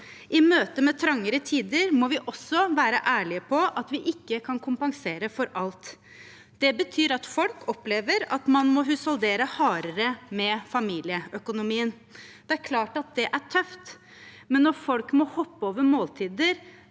I møte med trangere tider må vi også være ærlige på at vi ikke kan kompensere for alt. Det betyr at folk opplever at man må husholdere hardere med familieøkonomien. Det er klart at det er tøft, men når folk må hoppe over måltider,